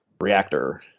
reactor